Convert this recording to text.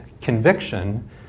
conviction